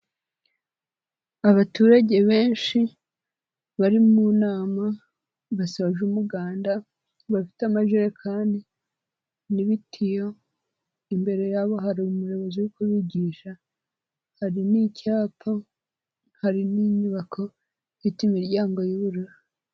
Abaturage benshi bari mu nama basoje umuganda bafite amajekani n'ibitiyo, imbere yabo hari umuyobozi uri kubigisha, hari n'icyapa, hari n'inyubako ifite imiryango y'ubururu.